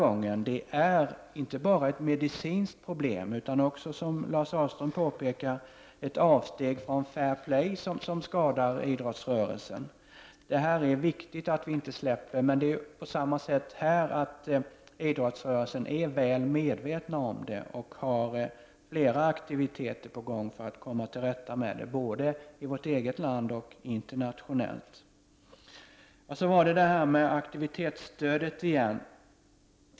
Dopingen är inte bara ett medicinskt problem utan också, som Lars Ahlström påpekade, ett avsteg från fair play som skadar idrottsrörelsen. Det är viktigt att vi inte släpper den här frågan. Men det är på samma sätt med denna fråga: idrottsrörelsen är väl medveten om problemen och har flera aktiviteter på gång för att komma till rätta med dem, både i vårt eget land och på det internationella planet. Så åter till frågan om aktivitetsstödet.